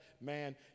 Man